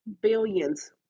Billions